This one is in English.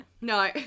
No